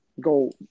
go